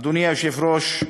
אדוני היושב-ראש,